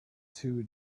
two